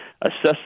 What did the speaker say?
assess